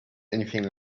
anything